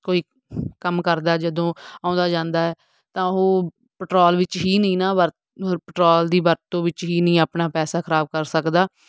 ਕੋਈ ਕੰਮ ਕਰਦਾ ਜਦੋਂ ਆਉਂਦਾ ਜਾਂਦਾ ਤਾਂ ਉਹ ਪੈਟਰੋਲ ਵਿੱਚ ਹੀ ਨਹੀਂ ਨਾ ਵਰ ਹ ਪੈਟਰੋਲ ਦੀ ਵਰਤੋਂ ਵਿੱਚ ਹੀ ਨਹੀਂ ਆਪਣਾ ਪੈਸਾ ਖਰਾਬ ਕਰ ਸਕਦਾ